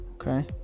Okay